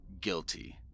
guilty